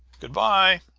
good-by!